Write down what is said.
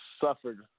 suffered